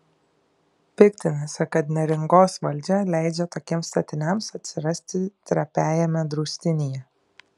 piktinosi kad neringos valdžia leidžia tokiems statiniams atsirasti trapiajame draustinyje